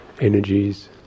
energies